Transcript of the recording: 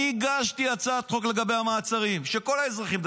אני הגשתי הצעת חוק לגבי המעצרים של כל האזרחים.